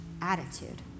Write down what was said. attitude